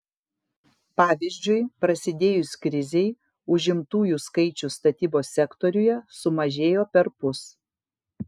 pavyzdžiui prasidėjus krizei užimtųjų skaičius statybos sektoriuje sumažėjo perpus